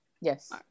yes